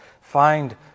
Find